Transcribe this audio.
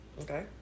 Okay